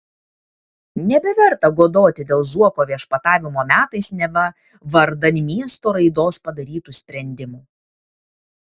nebeverta godoti dėl zuoko viešpatavimo metais neva vardan miesto raidos padarytų sprendimų